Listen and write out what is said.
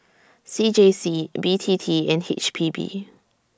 C J C B T T and H P B